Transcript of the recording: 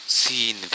seen